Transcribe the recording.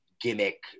gimmick